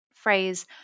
phrase